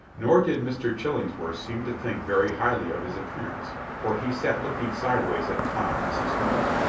nor did mr. chillingsworth seem to think very highly of his appearance, for he sat looking sideways at tom as he smoked.